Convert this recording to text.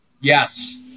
Yes